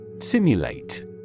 Simulate